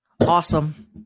Awesome